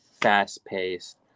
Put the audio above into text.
fast-paced